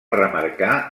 remarcar